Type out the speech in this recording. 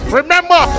Remember